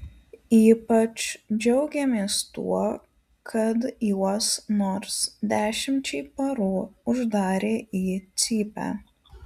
ypač džiaugėmės tuo kad juos nors dešimčiai parų uždarė į cypę